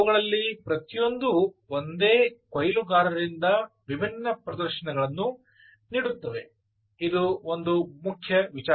ಅವುಗಳಲ್ಲಿ ಪ್ರತಿಯೊಂದೂ ಒಂದೇ ಕೊಯ್ಲುಗಾರರಿಂದ ವಿಭಿನ್ನ ಪ್ರದರ್ಶನಗಳನ್ನು ನೀಡುತ್ತದೆ ಇದು ಒಂದು ಪ್ರಮುಖ ವಿಷಯ